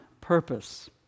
purpose